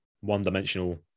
one-dimensional